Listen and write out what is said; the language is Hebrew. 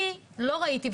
אני לא ראיתי,